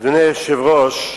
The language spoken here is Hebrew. אדוני היושב-ראש,